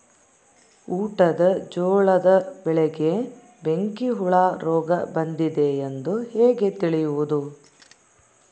ಊಟದ ಜೋಳದ ಬೆಳೆಗೆ ಬೆಂಕಿ ಹುಳ ರೋಗ ಬಂದಿದೆ ಎಂದು ಹೇಗೆ ತಿಳಿಯುವುದು?